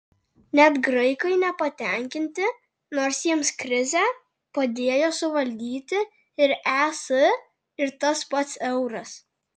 net graikai nepatenkinti nors jiems krizę padėjo suvaldyti ir es ir tas pats euras